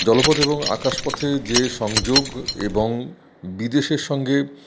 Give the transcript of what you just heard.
জলপথ এবং আকাশপথে যে সংযোগ এবং বিদেশের সঙ্গে